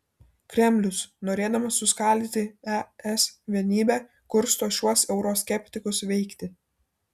kremlius norėdamas suskaldyti es vienybę kursto šiuos euroskeptikus veikti